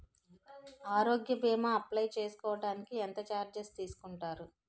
ఆరోగ్య భీమా అప్లయ్ చేసుకోడానికి ఎంత చార్జెస్ తీసుకుంటారు?